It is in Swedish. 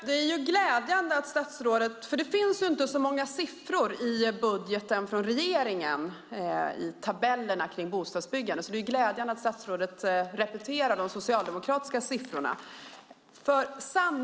Herr talman! Det finns inte så många siffror i regeringens budget i tabellerna för bostadsbyggande. Det är därför glädjande att statsrådet repeterar de socialdemokratiska siffrorna.